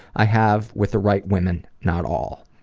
i have, with the right women. not all.